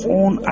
own